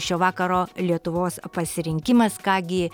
šio vakaro lietuvos pasirinkimas ką gi